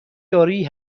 دارویی